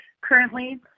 currently